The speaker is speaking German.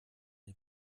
die